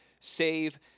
save